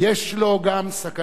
יש לו גם סכנה קיומית.